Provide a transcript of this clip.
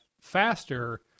faster